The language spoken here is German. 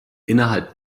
innerhalb